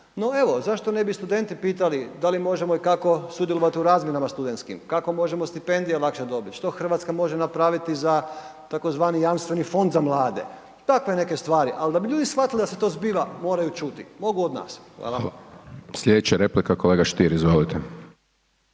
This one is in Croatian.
no evo, zašto ne bi studenti pitali da li možemo i kako sudjelovati u razmjenama studentskim, kako možemo stipendije lakše dobiti, što Hrvatska može napraviti tzv. jamstveni fond za mlade? Takve neke stvari, ali da bi ljudi shvatili da se to zbiva, moraju čuti. Mogu od nas. Hvala. **Hajdaš Dončić, Siniša (SDP)** Hvala.